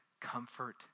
Comfort